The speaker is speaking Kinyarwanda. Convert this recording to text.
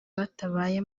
batabaye